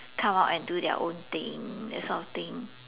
come out and do their own thing that sort of thing